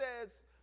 says